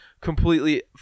completely